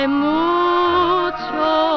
mucho